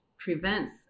prevents